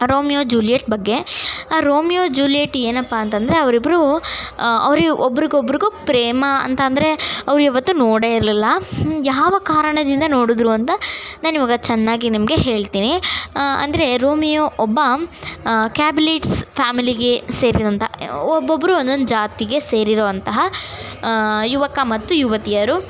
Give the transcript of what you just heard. Romeo Juliet ಬಗ್ಗೆ ಆ Romeo Juliet ಏನಪ್ಪಾ ಅಂತಂದರೆ ಅವ್ರಿಬ್ಬರು ಅವ್ರು ಒಬ್ಬರಿಗೊಬ್ರಿಗೂ ಪ್ರೇಮ ಅಂತಂದರೆ ಅವರ್ಯಾವತ್ತು ನೋಡೇ ಇರಲಿಲ್ಲ ಯಾವ ಕಾರಣದಿಂದ ನೋಡಿದ್ರು ಅಂತ ನಾನಿವಾಗ ಚೆನ್ನಾಗಿ ನಿಮಗೆ ಹೇಳ್ತೀನಿ ಅಂದರೆ ರೋಮಿಯೋ ಒಬ್ಬ ಕ್ಯಾಬ್ಲಿಟ್ಸ್ ಫ್ಯಾಮಿಲಿಗೆ ಸೇರಿದಂಥ ಒಬ್ಬೊಬ್ಬರು ಒಂದೊಂದು ಜಾತಿಗೆ ಸೇರಿರುವಂತಹ ಯುವಕ ಮತ್ತು ಯುವತಿಯರು